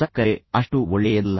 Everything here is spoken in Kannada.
ಸಕ್ಕರೆ ಅಷ್ಟು ಒಳ್ಳೆಯದಲ್ಲ